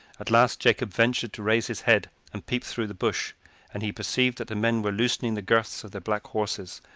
at last jacob ventured to raise his head and peep through the bush and he perceived that the men were loosening the girths of their black horses,